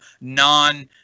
non-